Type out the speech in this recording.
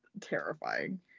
terrifying